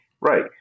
Right